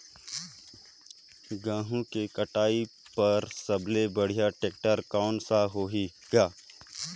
गहूं के कटाई पर सबले बढ़िया टेक्टर कोन सा होही ग?